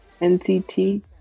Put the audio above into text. NCT